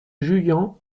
juillan